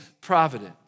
providence